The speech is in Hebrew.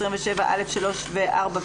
אחד המנגנונים הנוספים שהוספנו כדי לבטח